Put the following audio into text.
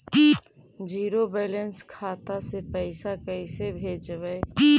Zero balance खाता से पैसा कैसे भेजबइ?